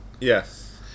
Yes